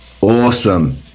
awesome